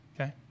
okay